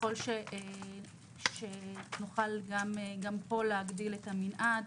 ככל שנוכל גם פה להגדיל את המנעד,